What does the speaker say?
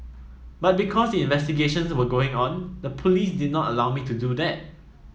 but because the investigations were going on the police did not allow me to do that